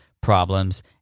problems